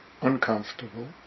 uncomfortable